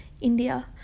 India